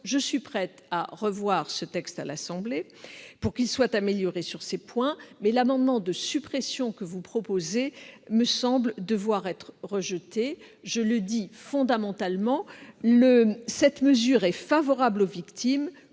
Je suis prête à revoir ce texte à l'Assemblée nationale pour qu'il soit amélioré sur ces points, mais l'amendement de suppression proposé me semble devoir être rejeté. Je le dis fondamentalement, cette mesure est favorable aux victimes,